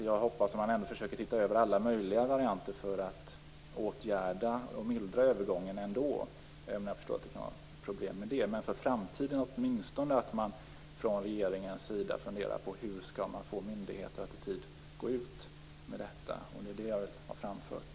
Jag hoppas ändå att man försöker se över alla möjliga varianter för att mildra övergången, även om jag förstår att det kan vara ett problem. Men för framtiden borde regeringen fundera på hur man skall få myndigheter att i tid gå ut med information. Det är detta som jag vill ha framfört.